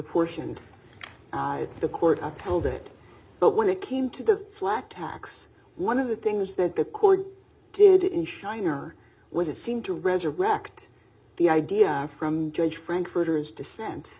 portion and the court pulled it but when it came to the flat tax one of the things that the court did in shiner was it seemed to resurrect the idea from judge frankfurters dissent